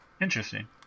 Interesting